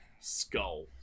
skull